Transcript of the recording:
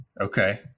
Okay